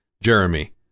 Jeremy